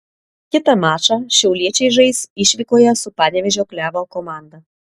kitą mačą šiauliečiai žais išvykoje su panevėžio klevo komanda